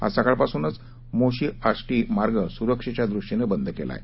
आज सकाळपासूनच मोर्शी आष्टी मार्ग सुरक्षेप्या दृष्टीनं बंद केला आहे